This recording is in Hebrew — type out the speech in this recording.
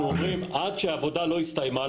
עד שהעבודה לא הסתיימה,